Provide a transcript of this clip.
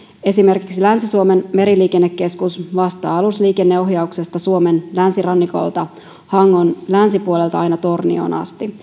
esimerkiksi länsi suomen meriliikennekeskus vastaa alusliikenneohjauksesta suomen länsirannikolta hangon länsipuolelta aina tornioon asti